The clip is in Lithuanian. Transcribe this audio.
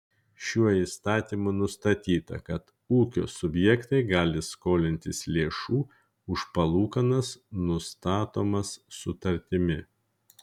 šiuo įstatymu nustatyta kad ūkio subjektai gali skolintis lėšų už palūkanas nustatomas sutartimi